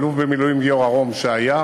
האלוף במילואים גיורא רום שהיה,